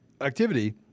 Activity